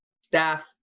staff